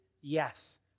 Yes